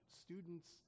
Students